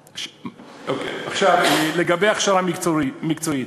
עכשיו, לגבי הכשרה מקצועית,